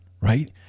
right